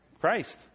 Christ